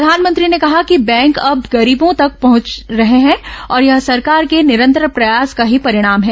प्रधानमंत्री ने कहा कि बैंक अब गरीबों तक पहच रहे हैं और यह सरकार के निरंतर प्रयास का ही परिणाम है